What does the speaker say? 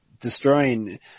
destroying